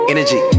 energy